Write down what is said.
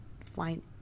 find